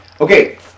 Okay